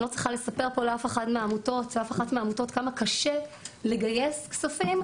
אני לא צריכה לספר פה לאף אחת מעמותות כמה קשה לגייס כספים.